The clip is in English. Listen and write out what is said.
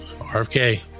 RFK